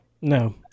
No